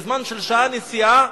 זה שעה נסיעה,